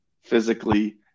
physically